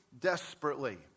desperately